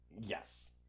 yes